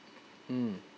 mm